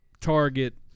target